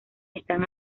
están